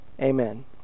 Amen